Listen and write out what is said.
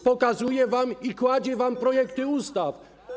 Pokazuje wam i kładzie wam projekty ustaw.